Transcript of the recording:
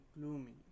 gloomy